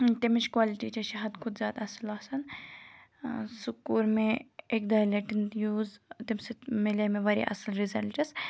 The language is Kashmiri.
تمِچ کالٹی تہِ چھِ حَدٕ کھۄتہٕ زیادٕ اَصٕل آسان سُہ کوٚر مےٚ اکہِ دۄیہِ لَٹٮ۪ن یوٗز تمہِ سۭتۍ مِلے مےٚ واریاہ اَصٕل رِزَلٹٕس